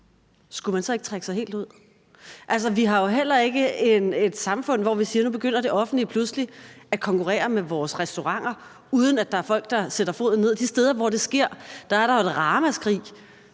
skulle man så ikke trække sig helt ud? Altså, vi har jo heller ikke et samfund, hvor det offentlige pludselig kan begynde at konkurrere med vores restauranter, uden at der er folk, der sætter foden ned. De steder, hvor det sker, lyder der jo et ramaskrig,